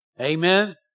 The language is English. Amen